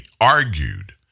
argued